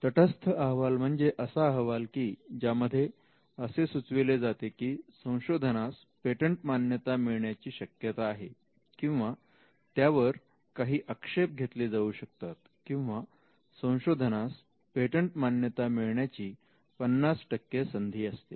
तटस्थ अहवाल म्हणजे असा अहवाल की ज्यामध्ये असे सुचविले जाते की संशोधना स पेटंट मान्यता मिळण्या ची शक्यता आहे किंवा त्यावर काही आक्षेप घेतले जाऊ शकतात किंवा संशोधनास पेटंट मान्यता मिळण्याची 50 संधी असते